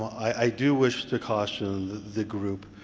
i do wish to caution the group,